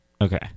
okay